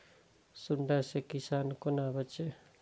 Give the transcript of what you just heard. सुंडा से किसान कोना बचे?